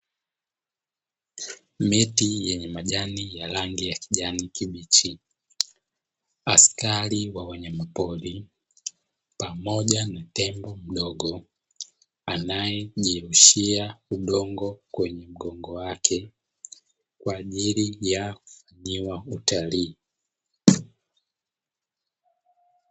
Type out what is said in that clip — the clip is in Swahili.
Miti yenye majani ya rangi ya kijani kibichi. Askari wa wanyama pori pamoja na tembo mdogo anayejirushia udongo kwenye mgongo wake kwa ajili ya kufanyiwa utalii.